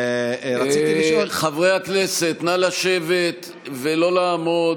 רציתי לשאול, חברי הכנסת, נא לשבת ולא לעמוד.